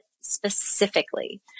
specifically